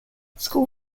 school